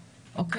אוקיי?